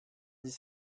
dix